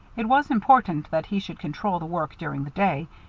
it was important that he should control the work during the day,